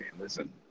Listen